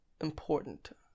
important